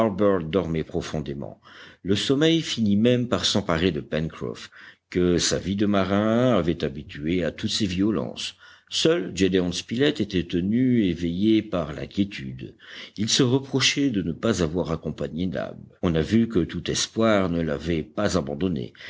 harbert dormait profondément le sommeil finit même par s'emparer de pencroff que sa vie de marin avait habitué à toutes ces violences seul gédéon spilett était tenu éveillé par l'inquiétude il se reprochait de ne pas avoir accompagné nab on a vu que tout espoir ne l'avait pas abandonné